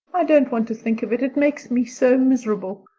i don't want to think of it, it makes me so miserable,